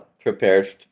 prepared